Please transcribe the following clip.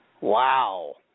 Wow